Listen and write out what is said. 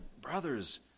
brothers